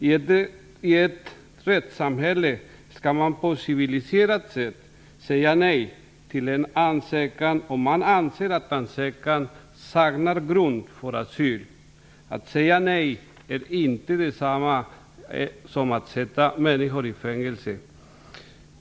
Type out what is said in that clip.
I ett rättssamhälle skall man på ett civiliserat sätt säga nej till en ansökan om man anser att det saknas grund för asyl. Att säga nej är inte detsamma som att sätta människor i fängelse.